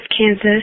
Kansas